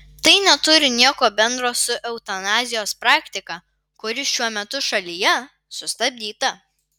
tai neturi nieko bendro su eutanazijos praktika kuri šiuo metu šalyje sustabdyta